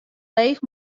leech